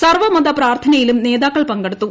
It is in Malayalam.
സർവ്വമത പ്രാർത്ഥ നയിലും നേതാക്കൾ പങ്കെടുത്തു